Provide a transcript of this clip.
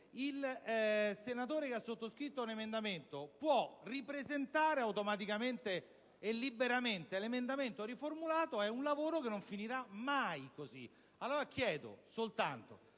il senatore che ha sottoscritto l'emendamento può ripresentare automaticamente e liberamente l'emendamento riformulato, è un lavoro che non finirà mai. Ovviamente, lo